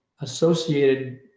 associated